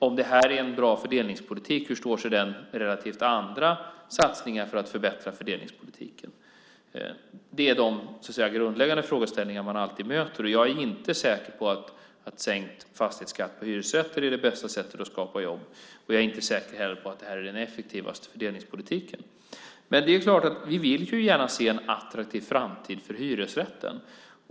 Om det här är en bra fördelningspolitik - hur står den sig relativt andra satsningar för att förbättra fördelningspolitiken? Det är de grundläggande frågeställningar man alltid möter. Jag är inte säker på att sänkt fastighetsskatt på hyresrätter är det bästa sättet att skapa jobb. Jag är inte heller säker på att det här är den effektivaste fördelningspolitiken. Men det är klart att vi gärna vill se en attraktiv framtid för hyresrätten.